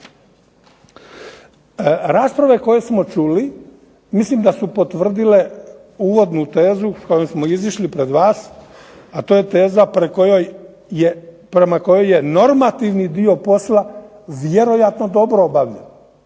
Rasprave koje smo čuli mislim da su potvrdile uvodnu tezu kojom smo izašli pred vas, a to je teza prema kojoj je normativni dio posla vjerojatno dobro obavljeno,